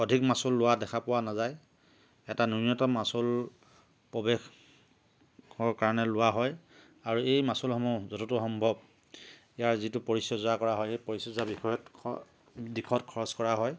অধিক মাচুল লোৱা দেখা পোৱা নাযায় এটা ন্যূনতম মাচুল প্ৰৱেশৰ কাৰণে লোৱা হয় আৰু এই মাচুলসমূহ য'তদূৰ সম্ভৱ ইয়াৰ যিটো পৰিচৰ্য্যা কৰা হয় সেই পৰিচৰ্য্যা বিষয়ত দিশত খৰচ কৰা হয়